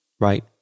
right